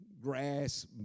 grass